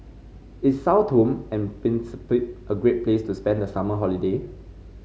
is Sao Tome and a great place to spend the summer holiday